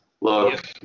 Look